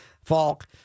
Falk